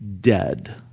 dead